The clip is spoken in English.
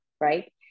right